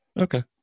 Okay